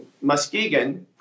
Muskegon